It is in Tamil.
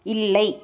இல்லை